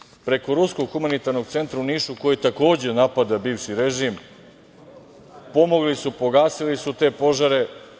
Dolazili su preko ruskog humanitarnog centra u Nišu koji je takođe napadao bivši režim, pomogli su pogasili su te požare.